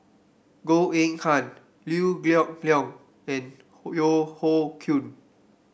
Goh Eng Han Liew Geok Leong and Yeo Hoe Koon